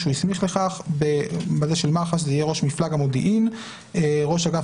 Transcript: התשפ"ב-2022 הגדרות 1. בתקנות אלה,